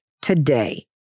today